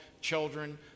children